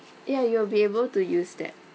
ya you will be able to use that